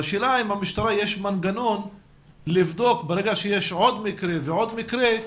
והשאלה אם למשטרה יש מנגנון לבדוק ברגע שיש עוד מקרה ועוד מקרה.